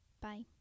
Bye